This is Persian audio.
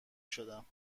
شدم